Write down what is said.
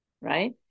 right